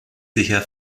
sicher